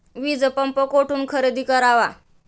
वीजपंप कुठून खरेदी करावा?